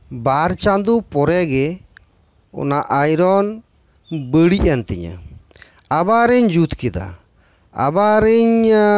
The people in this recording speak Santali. ᱵᱟᱨ ᱪᱟᱸᱫᱳ ᱯᱚᱨᱮᱜᱮ ᱚᱱᱟ ᱟᱭᱨᱚᱱ ᱵᱟᱹᱲᱤᱡ ᱮᱱ ᱛᱤᱧᱟᱹ ᱟᱵᱟᱨᱤᱧ ᱡᱩᱛ ᱠᱮᱫᱟ ᱟᱵᱟᱨᱤᱧ